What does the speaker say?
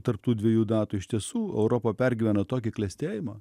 tarp tų dviejų datų iš tiesų europa pergyvena tokį klestėjimą